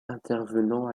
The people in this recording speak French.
intervenant